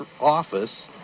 office